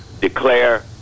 declare